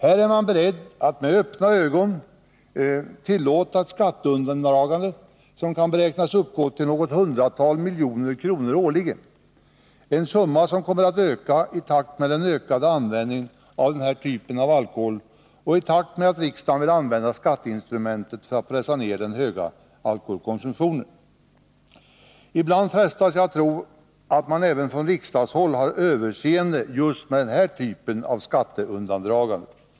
Här är man beredd att med öppna ögon tillåta ett skatteundandragande som kan beräknas uppgå till något hundratal miljoner kronor årligen, en summa som kommer att öka i takt med den ökande användningen av den här typen av alkohol och i takt med att riksdagen vill använda skatteinstrumentet för att pressa ned den höga alkoholkonsumtionen. Ibland frestas jag att tro att man även från riksdagshåll har överseende med just den här typen av skatteundandraganden.